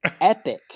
epic